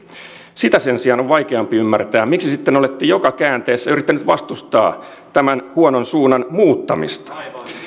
sitä sen sijaan on vaikeampi ymmärtää miksi sitten olette joka käänteessä yrittäneet vastustaa tämän huonon suunnan muuttamista